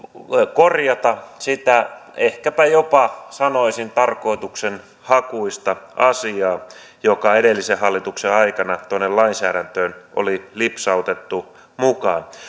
korjata sitä ehkäpä jopa sanoisin tarkoituksenhakuista asiaa joka edellisen hallituksen aikana tuonne lainsäädäntöön oli lipsautettu mukaan